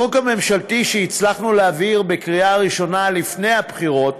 החוק הממשלתי שהצלחנו להעביר בקריאה ראשונה לפני הבחירות